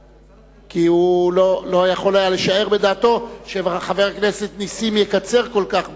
הוא לא יכול היה לשער בדעתו שחבר הכנסת נסים זאב יקצר כל כך בדבריו.